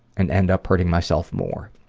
and end up hurting myself more.